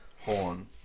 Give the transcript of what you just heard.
horn